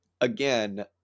again